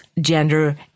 gender